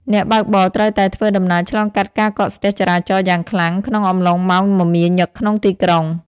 អ្នកបើកបរត្រូវតែធ្វើដំណើរឆ្លងកាត់ការកកស្ទះចរាចរណ៍យ៉ាងខ្លាំងក្នុងអំឡុងម៉ោងមមាញឹកក្នុងទីក្រុង។